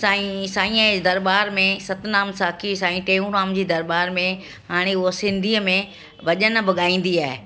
साईं साईं जे दरबार में सतनाम साखी साईं टेऊराम जी दरबार में हाणे उअ सिंधीअ में भॼनु बि गाईंदी आहे